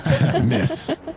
Miss